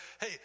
hey